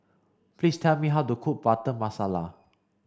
please tell me how to cook butter masala